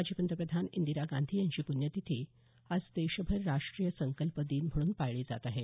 माजी पंतप्रधान इंदिरा गांधी यांची प्ण्यतिथी आज देशभर राष्टीय संकल्प दिन म्हणून पाळली जात आहे